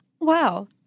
Wow